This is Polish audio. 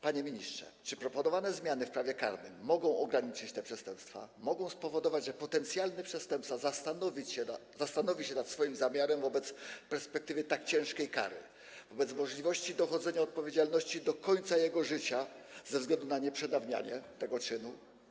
Panie ministrze, czy proponowane zmiany w prawie karnym mogą ograniczyć te przestępstwa, mogą spowodować, że potencjalny przestępca zastanowi się nad swoim zamiarem wobec perspektywy tak ciężkiej kary, wobec możliwości dochodzenia odpowiedzialności do końca jego życia ze względu na nieprzedawnienie tego czynu?